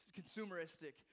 consumeristic